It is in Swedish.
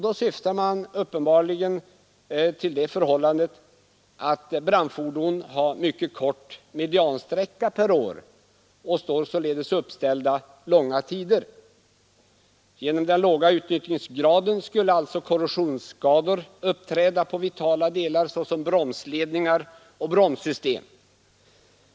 Då syftar man uppenbarligen på det förhållandet att brandfordon har mycket kort mediansträcka per år och således står uppställda långa tider. Genom den låga utnyttjandegraden skulle korrosionsskador uppträda på vitala delar såsom bromsledningar och bromssystem.